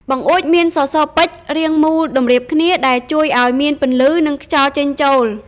បង្អួចមានសសរពេជ្ររាងមូលតម្រៀបគ្នា ដែលជួយឱ្យមានពន្លឺ និងខ្យល់ចេញចូល។